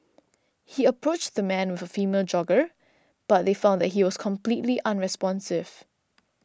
he approached the man with a female jogger but they found that he was completely unresponsive